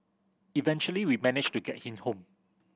eventually we managed to get him home